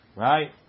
right